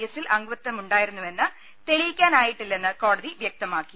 എസിൽ അംഗത്വമുണ്ടായിരുന്നുവെന്ന് തെളിയിക്കാനായിട്ടില്ലെന്ന് കോടതി വൃക്തമാക്കി